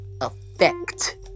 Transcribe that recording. effect